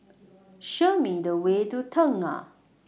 Show Me The Way to Tengah